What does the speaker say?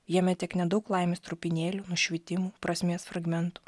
jame tiek nedaug laimės trupinėlių nušvitimų prasmės fragmentų